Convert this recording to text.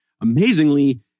Amazingly